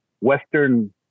Western